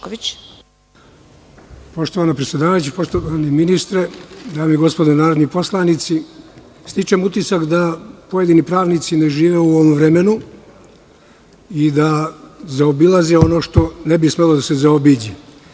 Poštovana predsedavajuća, poštovani ministre, dame i gospodo narodni poslanici, stičem utisak da pojedini pravnici ne žive u ovom vremenu i da zaobilaze ono što ne bi smelo da se zaobiđe.